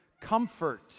comfort